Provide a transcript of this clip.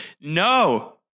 no